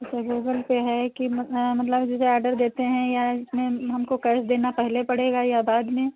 अच्छा Google pay है कि मतलब जैसे आडर देते हैं या इसमें हमको कैस देना पहले पड़ेगा या बाद में